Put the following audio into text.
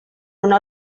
una